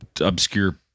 obscure